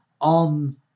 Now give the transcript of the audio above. on